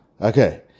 Okay